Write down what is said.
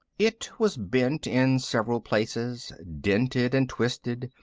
it was bent in several places, dented and twisted,